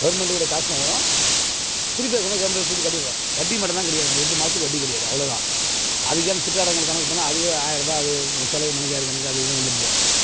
கவுர்மெண்ட்டுக்கிட்ட காசும் வரும் திருப்பி அதுக்கு பின்னாடி கவுர்மென்ட்டுக்கு திருப்பி கட்டிவிடுறோம் வட்டி மட்டுந்தான் கிடையாது அந்த எட்டு மாதத்துக்கு வட்டி கிடையாது அவ்வளோதான் அதுக்கே அந்த சித்தாளுங்களுக்கு கணக்கு பண்ணால் அதுவே ஒரு ஆயரூபாய் அது செலவு மணியகாரு கணக்கு அது இதுன்னு வந்துடுது